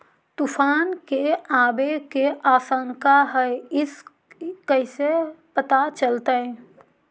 तुफान के आबे के आशंका है इस कैसे पता चलतै?